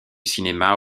cinéma